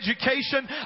education